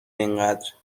اینقدر